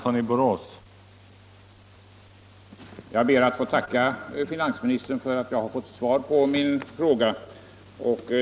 Herr talman! Jag ber att få tacka finansministern för att jag har fått svar på min fråga.